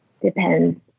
depends